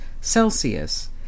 Celsius